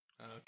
okay